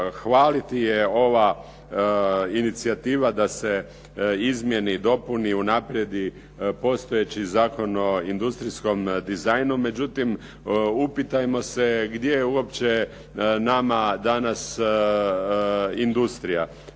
hvaliti je ova inicijativa da se izmijeni, dopuni i unaprijedi postojeći Zakon o industrijskom dizajnu. Međutim, upitajmo se gdje je uopće nama danas industrija?